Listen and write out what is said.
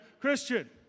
Christian